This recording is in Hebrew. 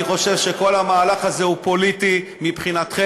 אני חושב שכל המהלך הזה הוא פוליטי מבחינתכם.